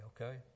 okay